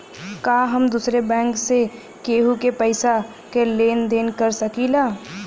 का हम दूसरे बैंक से केहू के पैसा क लेन देन कर सकिला?